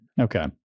Okay